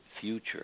future